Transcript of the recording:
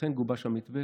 ולכן גובש המתווה,